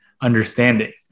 understanding